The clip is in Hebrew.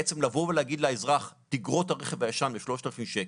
בעצם לבוא ולהגיד לאזרח תגרוט את הרכב הישן ב-3,000 שקלים,